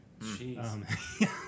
Jeez